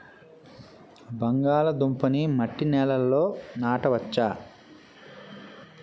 బంగాళదుంప నీ మట్టి నేలల్లో నాట వచ్చా?